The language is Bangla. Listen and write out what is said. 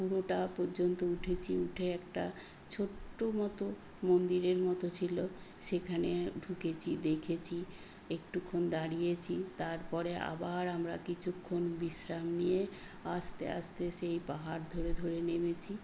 পুরোটা পর্যন্ত উঠেছি উঠে একটা ছোট্ট মতো মন্দিরের মতো ছিল সেখানে ঢুকেছি দেখেছি একটুক্ষণ দাঁড়িয়েছি তারপরে আবার আমরা কিছুক্ষণ বিশ্রাম নিয়ে আস্তে আস্তে সেই পাহাড় ধরে ধরে নেমেছি